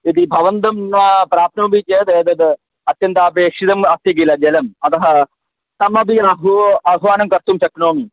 यदि भवन्तं न प्राप्नोमि चेद् तद् अत्यन्तपेक्षितम् अस्ति किल जलम् अतः तमपि अहू आह्वानं कर्तुं शक्नोमि